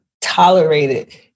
tolerated